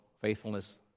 faithfulness